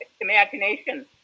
imagination